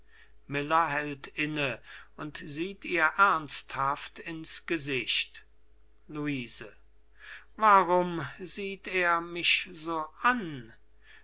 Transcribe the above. luise warum sieht er mich so an